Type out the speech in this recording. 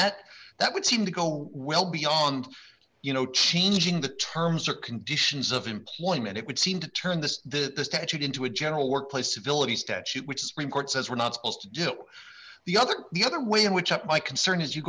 that that would seem to go well beyond you know changing the terms or conditions of employment it would seem to turn this the statute into a general workplace civility statute which is report says we're not supposed to do the other the other way in which up my concern is you